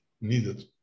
needed